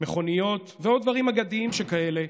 מכוניות, ועוד דברים אגדיים שכאלה,